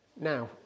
Now